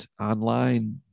online